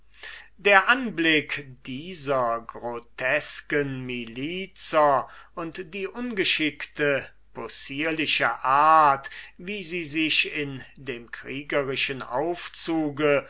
der anblick dieser grotesken milizer und die ungeschickte possierliche art wie sie sich in dem kriegerischen aufzuge